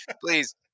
Please